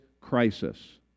crisis